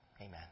Amen